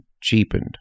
cheapened